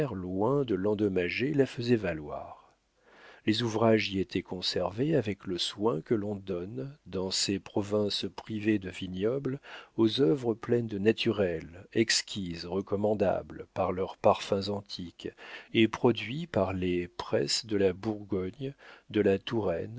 loin de l'endommager la faisait valoir les ouvrages y étaient conservés avec le soin que l'on donne dans ces provinces privées de vignobles aux œuvres pleines de naturel exquises recommandables par leurs parfums antiques et produits par les presses de la bourgogne de la touraine